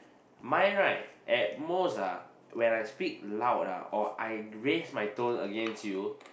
mine right at most ah when I speak loud ah or I raise my tone against you